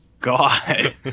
god